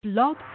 Blog